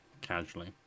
casually